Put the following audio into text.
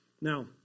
Now